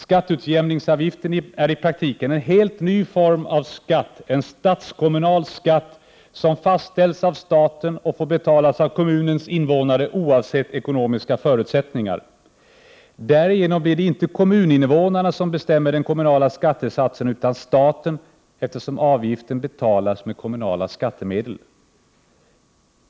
Skatteutjämningsavgiften är i praktiken en helt ny form av skatt, en statskommunal skatt, som fastställs av staten och får betalas av kommunens invånare oavsett ekonomiska förutsättningar. Därigenom blir det inte kommuninvånarna som bestämmer den kommunala skattesatsen utan staten, eftersom avgiften betalas med kommunala skattemedel.